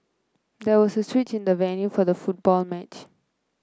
there was a switch in the venue for the football match